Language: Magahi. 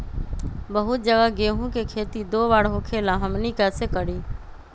बहुत जगह गेंहू के खेती दो बार होखेला हमनी कैसे करी?